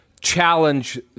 challenge